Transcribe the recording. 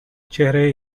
چهره